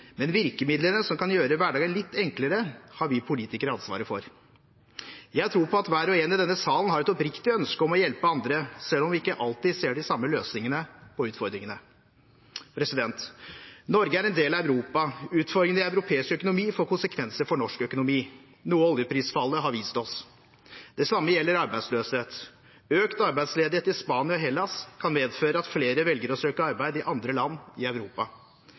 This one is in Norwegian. men virkemidlene som kan gjøre hverdagen litt enklere, har vi politikere ansvar for. Jeg tror på at hver og en i denne salen har et oppriktig ønske om å hjelpe andre, selv om vi ikke alltid ser de samme løsningene på utfordringene. Norge er en del av Europa. Utfordringer i europeisk økonomi får konsekvenser for norsk økonomi, noe oljeprisfallet har vist oss. Det samme gjelder arbeidsløshet. Økt arbeidsledighet i Spania og Hellas kan medføre at flere velger å søke arbeid i andre land i Europa.